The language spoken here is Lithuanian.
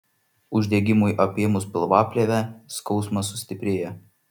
uždegimui apėmus pilvaplėvę skausmas sustiprėja